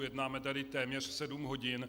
Jednáme tady téměř sedm hodin.